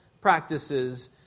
practices